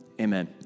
amen